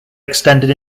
extended